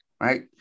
right